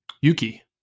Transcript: Yuki